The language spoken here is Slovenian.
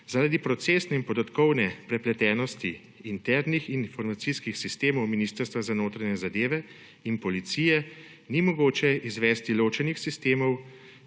Zaradi procesne in podatkovne prepletenosti internih informacijskih sistemov Ministrstva za notranje zadeve in policije, ni mogoče izvesti ločenih sistemov